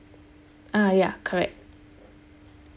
ah ya correct